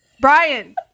Brian